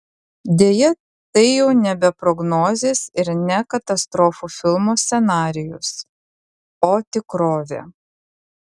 deja tai jau nebe prognozės ir ne katastrofų filmo scenarijus o tikrovė